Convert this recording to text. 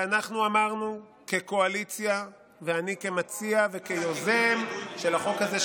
אנחנו אמרנו כקואליציה ואני כמציע ויוזם של החוק הזה,